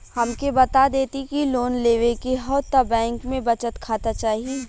हमके बता देती की लोन लेवे के हव त बैंक में बचत खाता चाही?